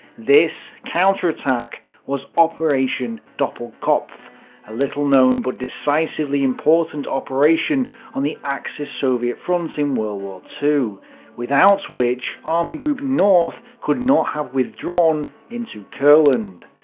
this counterattack was operation doppelkopf a little-known but decisively important operation on the axis-soviet front in world war two without which, army group north could not have withdrawn into courland.